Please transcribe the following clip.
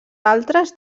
altres